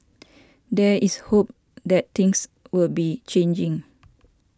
there is hope that things will be changing